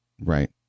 Right